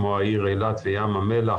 כמו העיר אילת וים המלח,